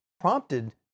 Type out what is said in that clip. prompted